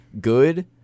good